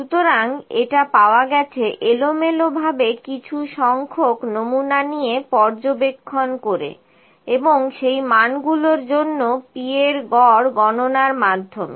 সুতরাং এটা পাওয়া গেছে এলোমেলোভাবে কিছু সংখ্যক নমুনা নিয়ে পর্যবেক্ষণ করে এবং সেই মানগুলোর জন্য P এর গড় গণনার মাধ্যমে